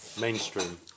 mainstream